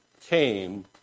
came